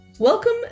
Welcome